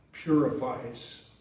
Purifies